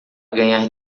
ganhar